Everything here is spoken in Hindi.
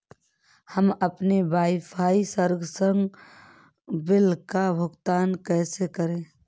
हम अपने वाईफाई संसर्ग बिल का भुगतान कैसे करें?